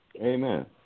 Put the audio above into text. Amen